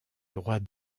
droit